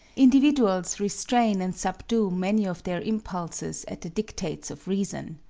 individuals restrain and subdue many of their impulses at the dictates of reason.